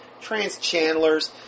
trans-channelers